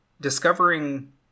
discovering